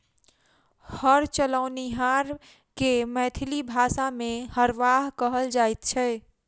हर चलओनिहार के मैथिली भाषा मे हरवाह कहल जाइत छै